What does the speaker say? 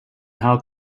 how